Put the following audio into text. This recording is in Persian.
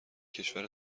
کشور